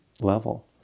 level